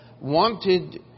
wanted